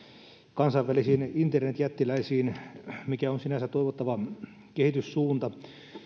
kansainvälisiin internetjättiläisiin mikä on sinänsä toivottava kehityssuunta